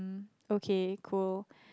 okay cool